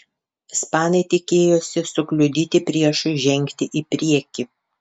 ispanai tikėjosi sukliudyti priešui žengti į priekį